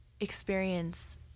experience